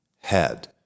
head